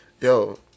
yo